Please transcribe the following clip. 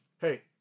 hey